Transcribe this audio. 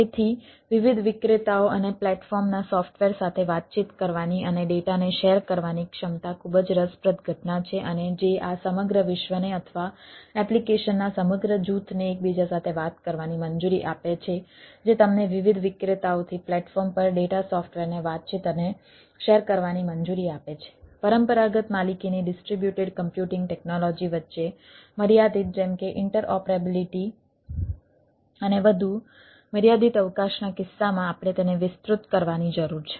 તેથી વિવિધ વિક્રેતાઓ અને પ્લેટફોર્મ વચ્ચે મર્યાદિત જેમ કે ઇન્ટરઓપરેબિલિટી અને વધુ મર્યાદિત અવકાશના કિસ્સામાં આપણે તેને વિસ્તૃત કરવાની જરૂર છે